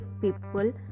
people